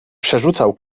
przerzucał